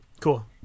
cool